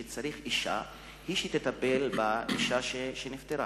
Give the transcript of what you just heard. וצריך שאשה היא שתטפל באשה שנפטרה.